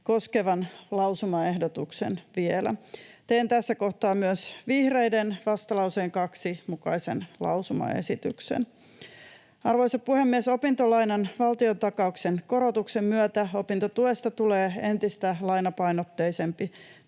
koskevan lausumaehdotuksen. Teen tässä kohtaa myös vihreiden vastalauseen 2 mukaisen lausumaesityksen. Arvoisa puhemies! Opintolainan valtiontakauksen korotuksen myötä opintotuesta tulee entistä lainapainotteisempi,